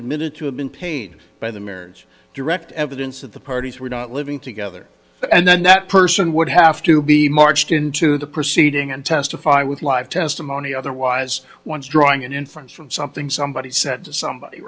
admitted to have been pained by the marriage direct evidence that the parties were not living together and then that person would have to be marched into the proceeding and testify with live testimony otherwise once drawing an inference from something somebody said to somebody